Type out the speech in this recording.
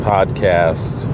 Podcast